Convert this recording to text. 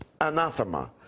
Anathema